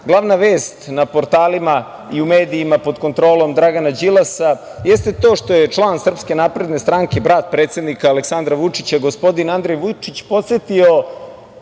glavna vest na portalima i u medijima pod kontrolom Dragana Đilasa jeste to što je član SNS, brat predsednika Aleksandra Vučića, gospodin Andrej Vučić, posetio